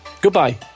goodbye